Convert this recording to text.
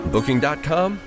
Booking.com